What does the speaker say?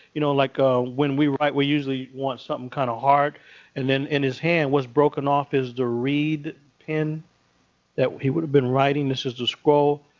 you know like ah when we write, we usually want something kind of hard. and then, in his hand, what's broken off is the reed in that he would have been writing. this is the scroll.